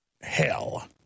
hell